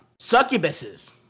Succubuses